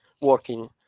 working